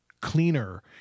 cleaner